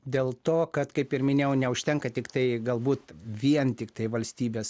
dėl to kad kaip ir minėjau neužtenka tiktai galbūt vien tiktai valstybės